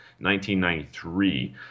1993